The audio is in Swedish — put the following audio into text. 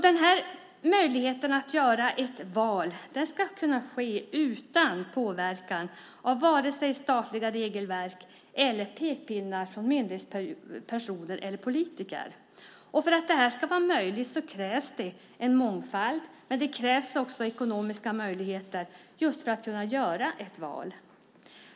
Det valet ska kunna ske utan påverkan av vare sig statliga regelverk eller pekpinnar från myndighetspersoner eller politiker. För att det ska vara möjligt krävs det en mångfald, men det krävs också ekonomiska möjligheter för att kunna göra ett val.